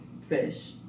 fish